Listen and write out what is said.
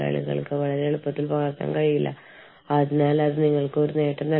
അതായത് കൽക്കട്ട നിങ്ങൾക്ക് പരിചിതമാണെങ്കിൽ ഞാൻ എന്താണ് സംസാരിക്കുന്നതെന്ന് നിങ്ങൾക്കറിയാം